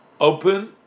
open